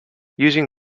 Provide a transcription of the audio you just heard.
using